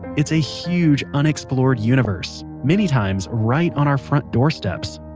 it's a huge, unexplored universe, many times right on our front doorsteps.